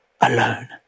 alone